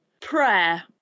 Prayer